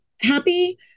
happy